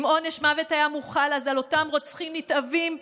אם עונש מוות היה מוחל אז על אותם רוצחים נתעבים,